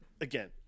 again